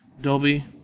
Dolby